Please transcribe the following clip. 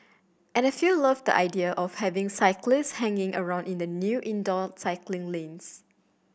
and a few loved idea of having cyclists hanging around in the new indoor cycling lanes